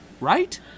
Right